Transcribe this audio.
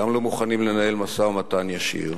גם לא מוכנים לנהל משא-ומתן ישיר,